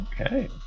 Okay